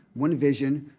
one vision,